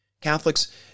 Catholics